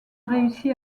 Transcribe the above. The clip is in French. réussi